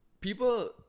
people